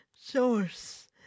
source